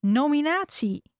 nominatie